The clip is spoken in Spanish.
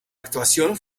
actuación